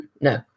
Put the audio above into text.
No